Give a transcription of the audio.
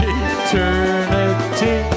eternity